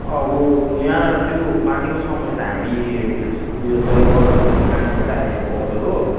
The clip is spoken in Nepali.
अब यहाँ त्यो पानीको समय त हामी उयो तय गर्दैनौँ त्यो त माथिबाट आएको अर्डर हो